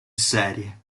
serie